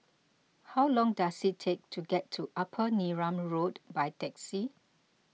how long does it take to get to Upper Neram Road by taxi